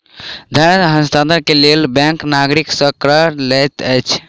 धन हस्तांतरण के लेल बैंक नागरिक सॅ कर लैत अछि